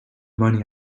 money